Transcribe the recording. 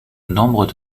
nombre